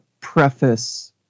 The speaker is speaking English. preface